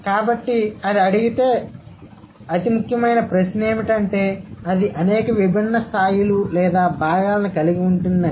కాబట్టి అది అడిగే అతి ముఖ్యమైన ప్రశ్న ఏమిటంటే అది అనేక విభిన్న స్థాయిలు లేదా భాగాలను కలిగి ఉంటుంది అని